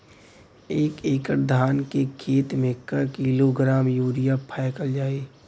एक एकड़ धान के खेत में क किलोग्राम यूरिया फैकल जाई?